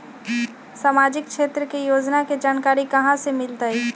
सामाजिक क्षेत्र के योजना के जानकारी कहाँ से मिलतै?